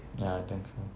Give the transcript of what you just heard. ya I can come